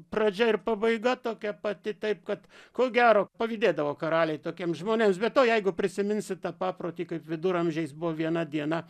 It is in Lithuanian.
pradžia ir pabaiga tokia pat taip kad ko gero pavydėdavo karaliai tokiems žmonėms be to jeigu prisiminsi tą paprotį kaip viduramžiais buvo viena diena